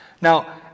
Now